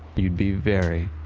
you'd be very,